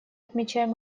отмечаем